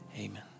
amen